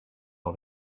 all